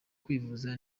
kwivuza